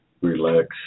relax